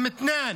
אל-מתנאן,